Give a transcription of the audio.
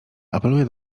apeluje